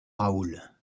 raoul